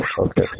okay